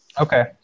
okay